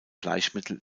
bleichmittel